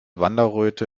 wanderröte